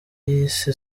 yise